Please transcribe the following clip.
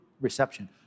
reception